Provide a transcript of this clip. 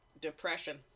depression